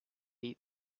eat